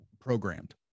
programmed